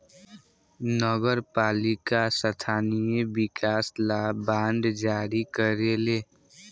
नगर पालिका स्थानीय विकास ला बांड जारी करेले